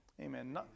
Amen